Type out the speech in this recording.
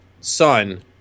son